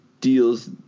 deals